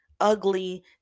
ugly